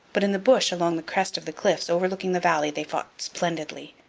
but in the bush along the crest of the cliffs overlooking the valley they fought splendidly.